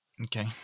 Okay